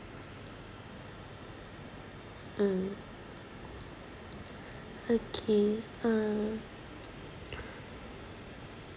hmm okay uh